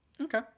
Okay